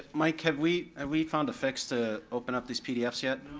mike, have we and we found a fix to open up these pdfs